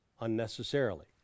unnecessarily